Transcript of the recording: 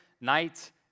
night